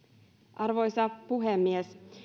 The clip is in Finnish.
arvoisa puhemies